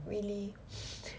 really